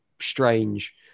strange